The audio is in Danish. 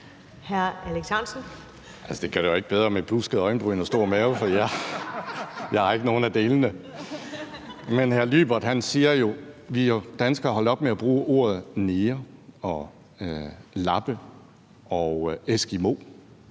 Alex Ahrendtsen (DF): Altså, det gør det jo ikke bedre med buskede øjenbryn og stor mave, for jeg har ikke nogen af delene. Men Juaaka Lyberth siger jo, at danskere er holdt op med at bruge ordene neger, lappe og eskimo,